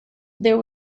there